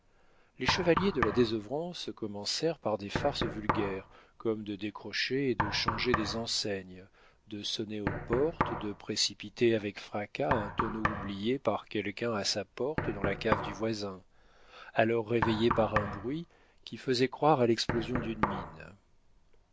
les chevaliers de la désœuvrance commencèrent par des farces vulgaires comme de décrocher et de changer des enseignes de sonner aux portes de précipiter avec fracas un tonneau oublié par quelqu'un à sa porte dans la cave du voisin alors réveillé par un bruit qui faisait croire à l'explosion d'une mine